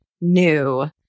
new